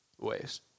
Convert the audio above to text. ways